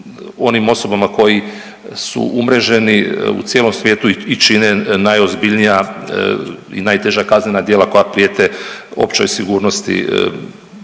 onim osobama koji su umreženi u cijelom svijetu i čine najozbiljnija i najteža kaznena djela koja prijete općoj sigurnosti